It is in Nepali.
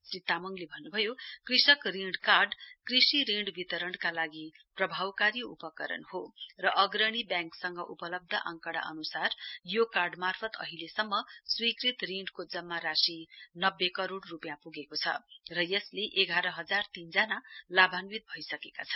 श्री तामङले भन्नभयो कृषक ऋण कार्ड कृषि ऋण वितरणका लागि प्रभावकारी उपकरण हो र अग्रणी ब्याङ्क सँग उपलब्ध आकंड़ा अनुसार यो कार्ड मार्फत अहिलेसम्म स्वीकृत ऋणको जम्मा राशि नब्बे करोड़ रुपियाँ पुगेको छ र यसले एघार हजार तीन जना लाभान्वित भइसकेका छन्